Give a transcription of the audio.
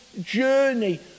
journey